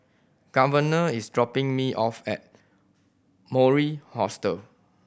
Governor is dropping me off at Mori Hostel